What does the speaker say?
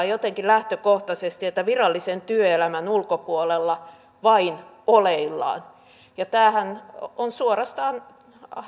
jotenkin lähtökohtaisesti että virallisen työelämän ulkopuolella vain oleillaan tämähän on suorastaan